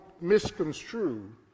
misconstrue